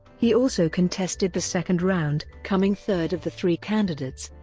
he also contested the second round, coming third of the three candidates,